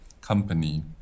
company